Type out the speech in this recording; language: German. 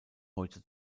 heute